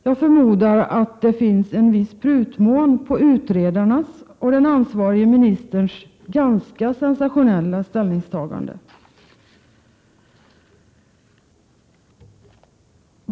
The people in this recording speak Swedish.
Jag förmodar att det finns en viss prutmån i utredarnas och den ansvarige ministerns ganska sensationella ställningstagande.